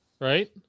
right